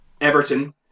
Everton